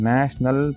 National